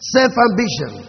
Self-ambition